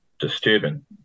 disturbing